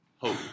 hope